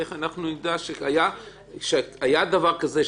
נדע שהיה דבר כזה,